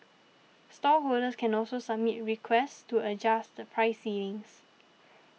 stallholders can also submit requests to adjust price ceilings